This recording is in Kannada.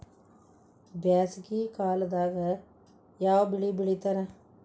ಬ್ಯಾಸಗಿ ಕಾಲದಾಗ ಯಾವ ಬೆಳಿ ಬೆಳಿತಾರ?